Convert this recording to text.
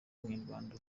w’umunyarwanda